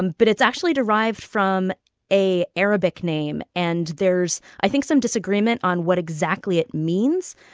um but it's actually derived from a arabic name. and there's, i think, some disagreement on what exactly it means.